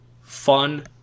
fun